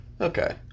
Okay